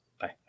Bye